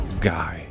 guy